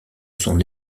son